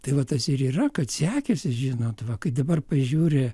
tai va tas ir yra kad sekėsi žinot va kai dabar pažiūri